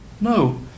no